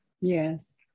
Yes